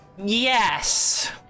Yes